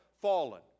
Fallen